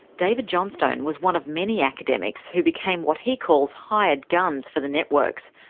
david johnstone was one of many academics who became what he calls hired guns for the networks,